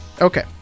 Okay